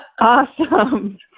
awesome